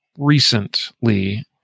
recently